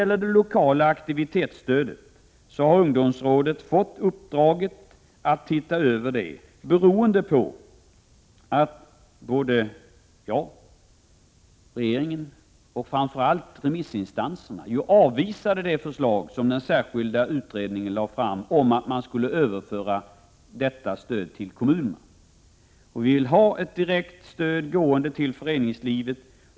Ungdomsrådet har fått i uppdrag att se över det lokala aktivitetsstödet beroende på att jag, regeringen och framför allt remissinstanserna avvisade det förslag som den särskilda utredningen lade fram om att man skulle överföra detta stöd till kommunerna. Vi vill att ett direktstöd skall utgå till föreningarna.